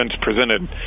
presented